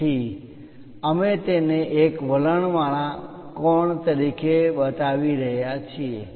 તેથી અમે તેને એક વલણ કોણ તરીકે બતાવી રહ્યા છીએ